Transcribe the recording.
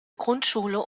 grundschule